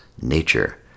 nature